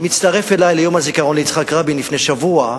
מצטרף אצלי ליום הזיכרון ליצחק רבין שהיה לפני שבוע,